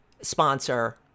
sponsor